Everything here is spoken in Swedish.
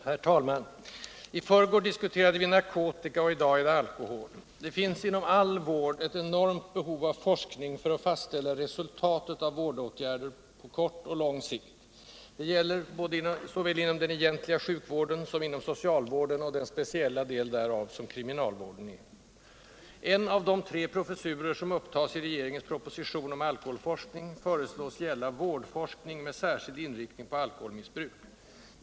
Herr talman! I förrgår diskuterade vi narkotika, i dag diskuterar vi alkohol. Det finns inom all vård ett enormt behov av forskning för att fastställa resultatet av vårdåtgärder, på kort och på lång sikt. Det gäller såväl inom den egentliga sjukvården som inom socialvården och den speciella del därav som kriminalvården är. En av de tre professurer som upptas i regeringens proposition om alkoholforskning föreslås gälla ”vårdforskning med särskild inriktning på alkoholmissbruk”.